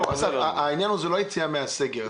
אסף, העניין הוא לא היציאה מהסגר.